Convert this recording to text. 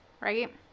right